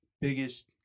biggest